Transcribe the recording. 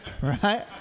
right